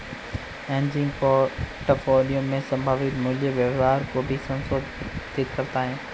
hedging portfolio में संभावित मूल्य व्यवहार को भी संबोधित करता हैं